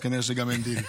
אז כנראה שאין דיל.